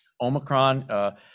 Omicron